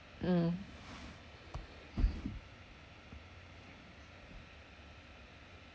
mm